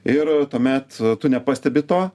ir tuomet tu nepastebi to